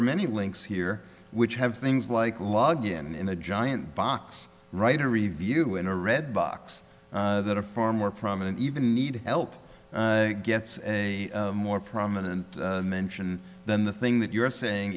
are many links here which have things like log in in a giant box write a review in a red box that are far more prominent even need help gets a more prominent mention than the thing that you're saying